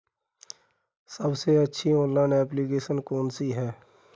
सबसे अच्छी online application कौन सी है?